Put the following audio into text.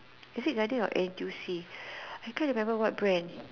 is it Guardian or N_T_U_C I can't remember what brand